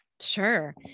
Sure